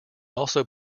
also